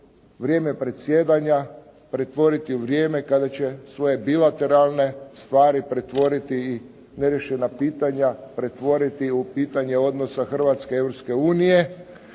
vrijeme predsjedanja pretvoriti vrijeme kada će svoje bilateralne stvari pretvoriti i neriješena pitanja pretvoriti u pitanje odnosa Hrvatske